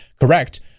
correct